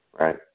right